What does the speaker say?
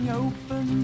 open